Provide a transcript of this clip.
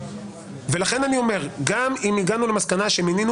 לכן אני אומר שגם אם הגענו למסקנה שמינינו